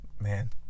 man